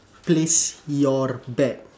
place your bet